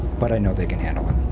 but i know they can handle it.